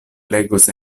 legos